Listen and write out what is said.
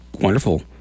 wonderful